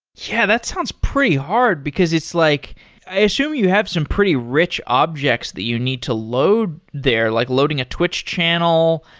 yeah. that sounds pretty hard, because it's like i assume you have some pretty rich objects that you need to load there, like loading a twitch channel.